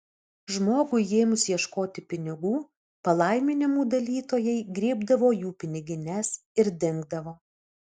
žmogui ėmus ieškoti pinigų palaiminimų dalytojai griebdavo jų pinigines ir dingdavo